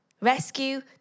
Rescue